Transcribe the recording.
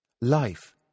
Life